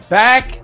back